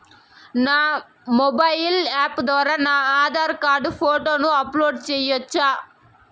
నా mobile app ద్వారా నా ఆధార్ కార్డు ఫోటోను అప్లోడ్ సేయొచ్చా?